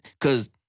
cause